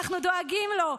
ואנחנו דואגים לו.